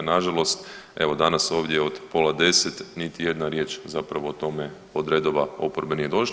Nažalost evo danas ovdje od pola 10 niti jedna riječ zapravo o tome od redova oporbe nije došlo.